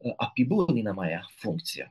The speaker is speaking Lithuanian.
o apibūdinamąja funkcija